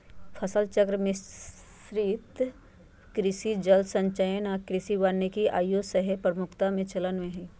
फसल चक्र, मिश्रित कृषि, जल संचयन आऽ कृषि वानिकी आइयो सेहय प्रमुखता से चलन में हइ